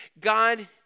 God